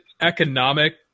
economic